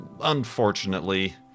Unfortunately